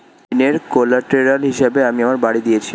ঋনের কোল্যাটেরাল হিসেবে আমি আমার বাড়ি দিয়েছি